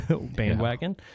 bandwagon